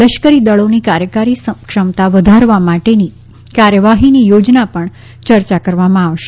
લશ્કરી દળોની કાર્યકારી ક્ષમતા વધારવા માટેની કાર્યવાહીની યોજના પર પણ ચર્ચા કરવામાં આવશે